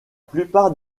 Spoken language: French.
plupart